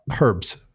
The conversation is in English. herbs